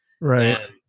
right